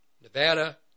Nevada